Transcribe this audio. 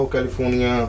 California